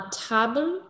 table